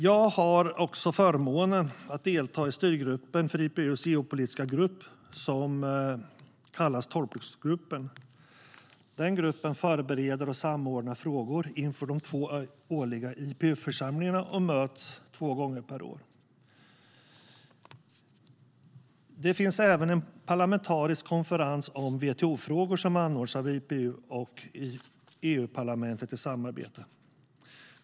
Jag har också förmånen att delta i styrgruppen för IPU:s geopolitiska grupp, som kallas 12 plus-gruppen. Den förbereder och samordnar frågor inför de två årliga IPU-församlingarna och möts två gånger per år. Det finns även en parlamentarisk konferens om WTO-frågor som anordnas av IPU och EU-parlamentet i samarbete.